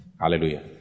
Hallelujah